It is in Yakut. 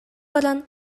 баран